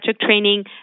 training